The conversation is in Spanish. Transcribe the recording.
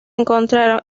encontraron